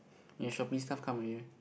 your shopping stuff come already meh